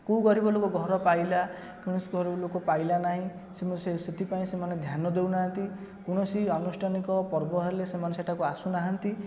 କେଉଁ ଗରିବ ଲୋକ ଘର ପାଇଲା କୌଣସି ଗରିବ ଲୋକ ପାଇଲା ନାହିଁ ସେ ସେଥିପାଇଁ ସେମାନେ ଧ୍ୟାନ ଦେଉନାହାନ୍ତି କୌଣସି ଆନୁଷ୍ଠାନିକ ପର୍ବ ହେଲେ ସେମାନେ ସେଠାକୁ ଆସୁନାହାନ୍ତି